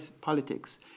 politics